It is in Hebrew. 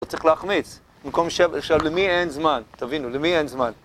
לא צריך להחמיץ, למקום שב... עכשיו, למי אין זמן, תבינו, למי אין זמן?